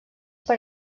per